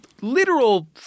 literal